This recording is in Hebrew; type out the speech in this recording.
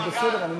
בבקשה.